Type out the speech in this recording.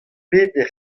peder